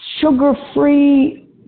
sugar-free